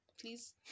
Please